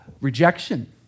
rejection